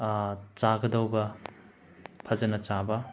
ꯆꯥꯒꯗꯕ ꯐꯖꯅ ꯆꯥꯕ